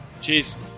Cheers